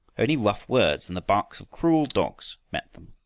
only rough words and the barks of cruel dogs met them.